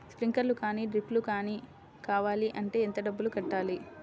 Sprinkler కానీ డ్రిప్లు కాని కావాలి అంటే ఎంత డబ్బులు కట్టాలి?